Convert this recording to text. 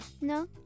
No